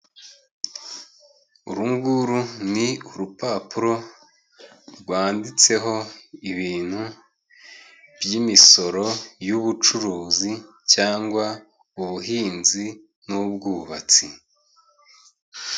Uru nguru ni urupapuro rwanditseho ibintu by'imisoro y'ubucuruzi cyangwa ubuhinzi n'ubwubatsi.